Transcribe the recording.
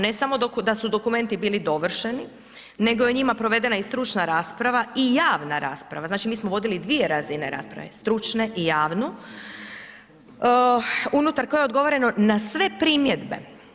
Ne samo da su dokumenti bili dovršeni, nego je o njima provedena i stručna rasprava i javna rasprava, znači mi smo vodili dvije razine rasprave, stručnu i javnu, unutar koje je odgovoreno na sve primjedbe.